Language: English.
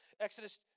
Exodus